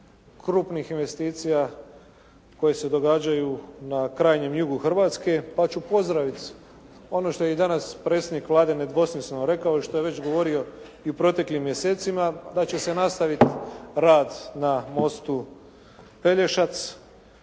krupnih investicija koje se događaju na krajnjem jugu Hrvatske. Pa ću i pozdraviti ono što je i danas predsjednik Vlade nedvosmisleno rekao i što je već govorio i u proteklim mjesecima, pa će se nastaviti rad na mostu Pelješac